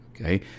okay